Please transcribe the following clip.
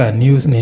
news